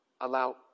allow